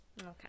okay